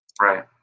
Right